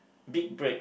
big break